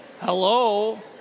Hello